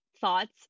thoughts